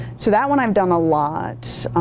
so that one i've done a lot